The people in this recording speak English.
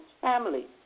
family